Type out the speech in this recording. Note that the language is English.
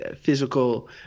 physical